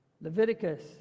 Leviticus